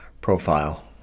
profile